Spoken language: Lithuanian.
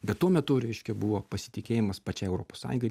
bet tuo metu reiškia buvo pasitikėjimas pačiai europos sąjungai